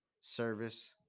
service